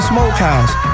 Smokehouse